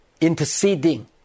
interceding